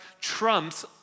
trumps